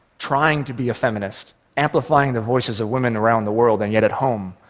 trying to be a feminist, amplifying the voices of women around the world, and yet at home,